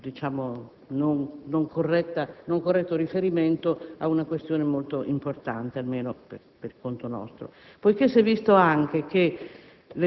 questo non corretto riferimento ad una questione molto importante, almeno per conto nostro. Poiché si è anche